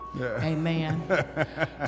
Amen